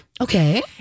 Okay